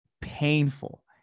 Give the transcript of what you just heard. painful